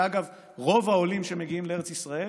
ואגב, רוב העולים שמגיעים לארץ ישראל